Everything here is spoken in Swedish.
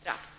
straff.